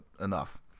enough